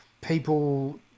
people